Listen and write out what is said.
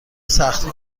سخت